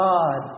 God